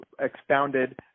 expounded